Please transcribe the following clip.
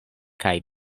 kaj